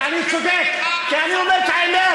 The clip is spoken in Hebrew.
כי אני צודק, כי אני אומר את האמת.